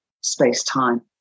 space-time